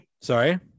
Sorry